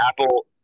Apple